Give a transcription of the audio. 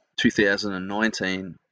2019